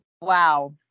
Wow